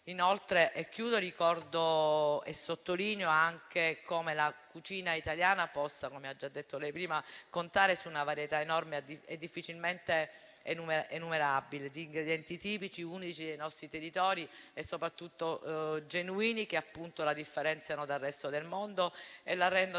Inoltre, in conclusione, ricordo e sottolineo anche come la cucina italiana possa - come ha già detto il signor Ministro prima - contare su una varietà enorme e difficilmente enumerabile di ingredienti tipici unici dei nostri territori e soprattutto genuini, che appunto la differenziano dal resto del mondo e la rendono davvero